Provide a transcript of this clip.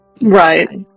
Right